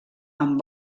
amb